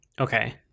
Okay